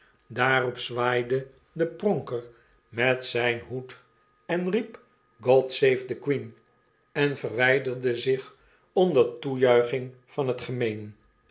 daarop zwaaide de pronker met zgnen hoed riep god save the queen en verwijderde zich onder de toejuiching van het gemeen